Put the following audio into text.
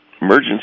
emergency